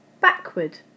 backward